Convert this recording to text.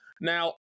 Now